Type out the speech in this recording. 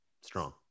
strong